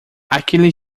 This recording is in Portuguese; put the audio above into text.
aquele